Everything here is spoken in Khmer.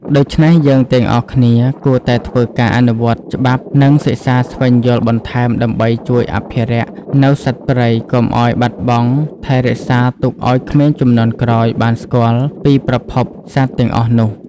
ដូច្នេះយើងទាំងអស់គ្នាគួរតែធ្វើការអនុវត្តន៍ច្បាប់និងសិក្សាស្វែងយល់បន្ថែមដើម្បីជួយអភិរក្សនៅសត្វព្រៃកុំឲ្របាត់បង់ថែរក្សាទុកឲ្យក្មេងជំនាន់ក្រោយបានស្គាល់ពីប្រភពសត្វទាំងអស់នោះ។